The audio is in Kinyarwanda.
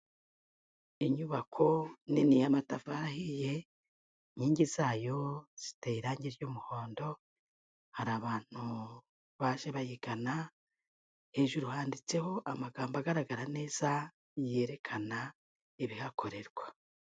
Inyubako nini y'amatafarihiye inkingi zayo ziteye irangi ry'umuhondo hari abantu baje bayigana hejuru handitseho amagambo agaragara neza yerekana ibihakorerwa.